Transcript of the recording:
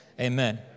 amen